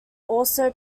also